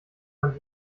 man